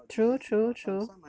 true true true